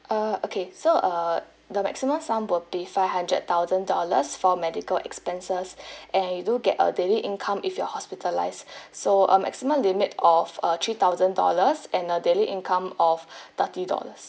uh okay so err the maximum sum would be five hundred thousand dollars for medical expenses and you do get a daily income if you are hospitalised so a maximum limit of uh three thousand dollars and a daily income of thirty dollars